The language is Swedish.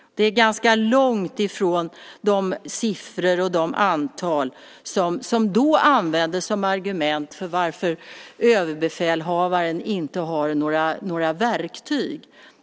Det är ganska långt från de siffror som då användes som argument för varför överbefälhavaren inte hade några verktyg.